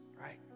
right